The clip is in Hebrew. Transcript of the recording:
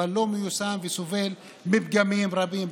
אבל לא מיושם וסובל מפגמים רבים.